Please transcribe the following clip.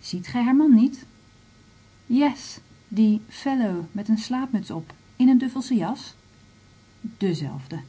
ziet gij haar man niet yes die fellow met een slaapmuts op in een duffelsche jas dezelfde